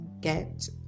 get